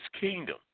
kingdom